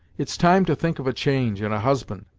it's time to think of a change and a husband,